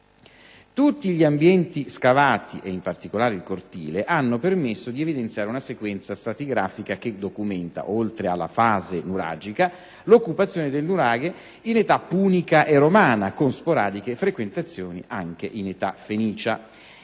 Tutti gli ambienti scavati, ed in particolare il cortile, hanno permesso di evidenziare una sequenza stratigrafica che documenta, oltre alla fase nuragica, l'occupazione del nuraghe in età punica e romana, con sporadiche frequentazioni anche in età fenicia.